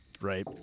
right